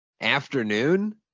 afternoon